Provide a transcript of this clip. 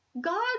God